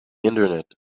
internet